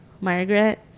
margaret